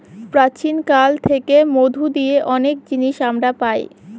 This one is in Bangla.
প্রাচীন কাল থেকে মধু দিয়ে অনেক জিনিস আমরা পায়